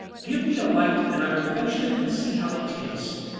give me a light, and i will fetch them and see how they taste.